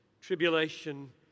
tribulation